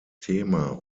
thema